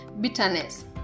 bitterness